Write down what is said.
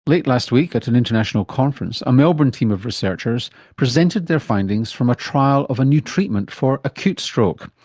late last week at an international conference, a melbourne team of researchers presented their findings from a trial of a new treatment for acute stroke.